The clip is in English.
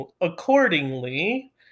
accordingly